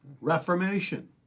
reformation